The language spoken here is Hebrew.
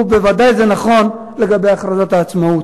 וודאי זה נכון לגבי הכרזת העצמאות,